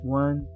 one